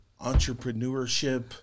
entrepreneurship